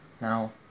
Now